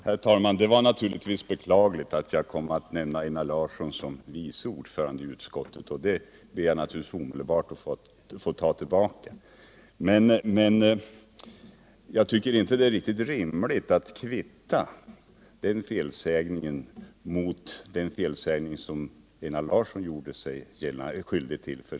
Herr talman! Det var naturligtvis beklagligt att jag kom att nämna Einar Larsson som vice ordförande i utskottet. Det ber jag att få ta tillbaka omedelbart. Men jag tycker inte att det är riktigt rimligt att kvitta den felsägningen mot den felsägning som Einar Larsson gjorde sig skyldig till.